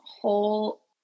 whole